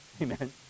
amen